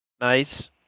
nice